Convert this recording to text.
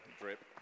Drip